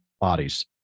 bodies